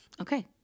Okay